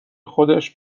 خودش